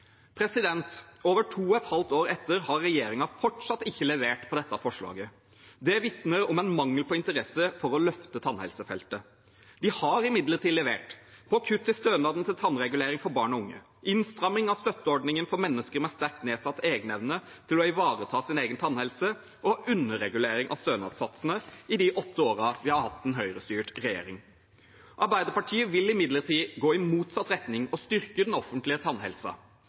Over to og et halvt år etter har regjeringen fortsatt ikke levert på dette forslaget. Det vitner om en mangel på interesse for å løfte tannhelsefeltet. De har imidlertid levert på å kutte stønaden til tannregulering for barn og unge, innstramming av støtteordningen for mennesker med sterkt nedsatt egenevne til å ivareta sin egen tannhelse og underregulering av stønadssatsene i de åtte årene vi har hatt en Høyre-styrt regjering. Arbeiderpartiet vil imidlertid gå i motsatt retning og styrke den offentlige